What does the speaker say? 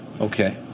Okay